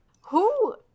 Who-